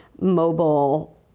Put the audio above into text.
mobile